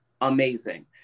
amazing